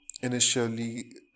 initially